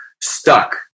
stuck